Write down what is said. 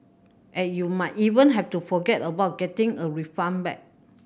and you might even have to forget about getting a refund back